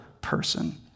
person